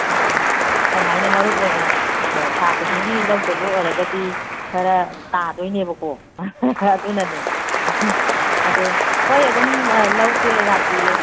ꯑꯣ ꯑꯩ ꯍꯥꯏꯅ ꯃꯔꯨꯞ ꯑꯣꯏꯅ ꯊꯥ ꯈꯨꯗꯤꯡꯒꯤ ꯂꯧꯗꯧꯕ ꯑꯣꯏꯔꯒꯗꯤ ꯈꯔ ꯇꯥꯗꯣꯏꯅꯦꯕꯀꯣ ꯑꯗꯨꯅꯅꯦ ꯑꯗꯨ ꯍꯣꯏ ꯑꯗꯨꯝ ꯂꯧꯒꯦ ꯂꯥꯛꯄꯤꯌꯨ